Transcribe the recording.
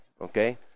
Okay